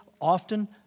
often